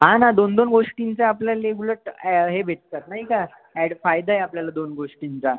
हा ना दोन दोन गोष्टींचा आपल्याला उलट हे भेटतात नाही का ॲड फायदा आहे आपल्याला दोन गोष्टींचा